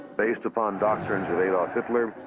based upon doctrines of adolf hitler,